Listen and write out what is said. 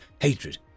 hatred